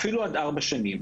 אפילו עד ארבע שנים.